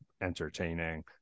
entertaining